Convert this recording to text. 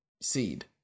seed